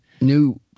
New